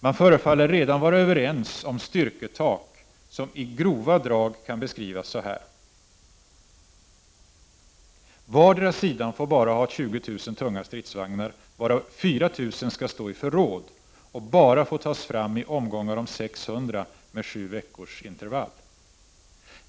Man förefaller redan vara överens om styrketak som i grova drag kan beskrivas så här: a) Vardera sidan får ha bara 20 000 tunga stridsvagnar, varav 4 000 skall stå i förråd och bara får tas fram i omgångar om 600 med sju veckors intervall.